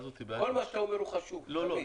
כל מה שאתה אומר הוא חשוב, תבין.